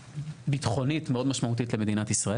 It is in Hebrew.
ביטחונית מאוד משמעותית למדינת ישראל.